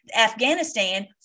Afghanistan